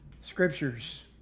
Scriptures